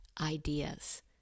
ideas